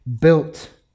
built